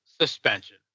suspension